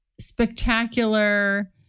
spectacular